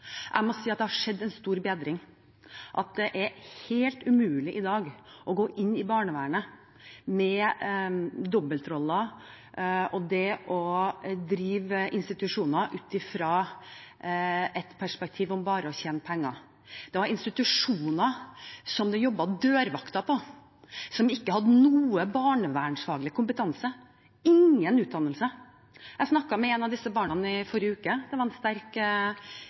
må si at det har skjedd en stor bedring. Det er helt umulig i dag å gå inn i barnevernet med dobbeltroller og drive institusjoner ut fra et perspektiv om bare å tjene penger. Det var institusjoner det jobbet dørvakter på, som ikke hadde noe barnevernfaglig kompetanse, ingen utdannelse. Jeg snakket med et av disse barna i forrige uke. Det var en sterk